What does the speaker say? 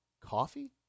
coffee